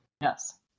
Yes